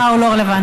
אתה רוצה להיות ראש